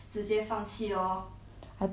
I think orh based on 你的 type orh I feel